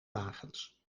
wagens